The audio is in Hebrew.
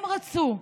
הם רצו,